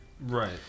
Right